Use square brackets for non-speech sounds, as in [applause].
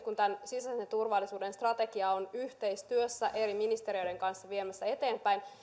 [unintelligible] kun sisäisen turvallisuuden strategiaa ollaan yhteistyössä eri ministeriöiden kanssa viemässä eteenpäin